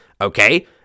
okay